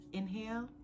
Inhale